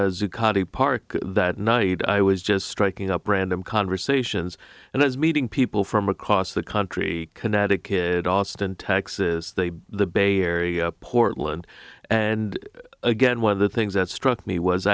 zuccotti park that night i was just striking up random conversations and i was meeting people from across the country connecticut austin texas they the bay area portland and again one of the things that struck me was